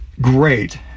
great